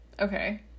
Okay